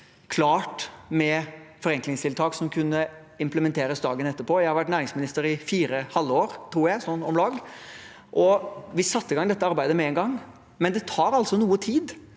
klar med forenklingstiltak som kunne implementeres dagen etter. Jeg har vært næringsminister i fire halvår, tror jeg, sånn om lag. Vi satte i gang dette arbeidet med en gang, men det tar altså noe tid.